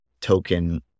token